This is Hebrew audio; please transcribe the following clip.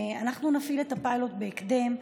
אנחנו נפעיל את הפיילוט בהקדם,